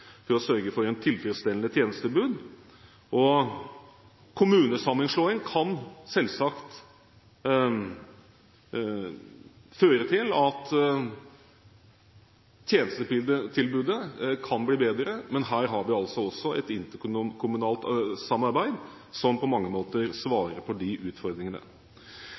for å sørge for et tilfredsstillende tjenestetilbud. Kommunesammenslåing kan selvsagt føre til at tjenestetilbudet kan bli bedre, men her vi altså også et interkommunalt samarbeid som på mange måter svarer for de utfordringene.